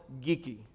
geeky